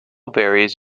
varies